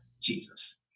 jesus